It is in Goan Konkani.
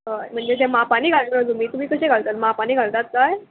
हय म्हणजे ते मापांनी घालतलो तुमी तुमी कशे घालतात मापांनी घालतात काय